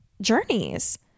journeys